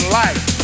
life